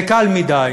זה קל מדי.